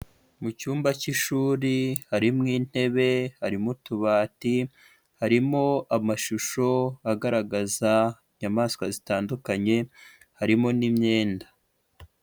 Mu cyumba cy'ishuri harimo intebe, harimo utubati, harimo amashusho agaragaza inyamaswa zitandukanye, harimo n'imyenda.